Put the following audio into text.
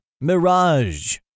mirage